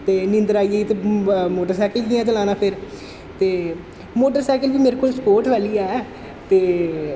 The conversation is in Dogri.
ते नींदर आई गेई ते मोटर सैकल कि'यां चलाना फिर ते मोटर सैकल बी मेरे कोल स्पोर्ट वाली ऐ ते